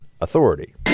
authority